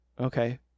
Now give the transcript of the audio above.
Okay